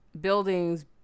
buildings